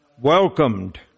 welcomed